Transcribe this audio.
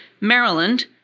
Maryland